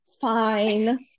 Fine